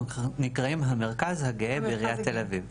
אנחנו נקראים "המרכז הגאה בעיריית תל אביב".